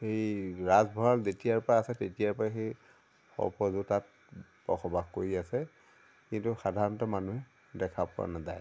এই ৰাজভঁৰাল যেতিয়াৰ পৰা আছে তেতিয়াৰ পৰা সেই সৰ্পযোৰ তাত বসবাস কৰি আছে কিন্তু সাধাৰণতে মানুহে দেখা পোৱা নাযায়